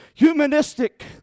Humanistic